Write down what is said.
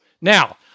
Now